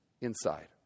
inside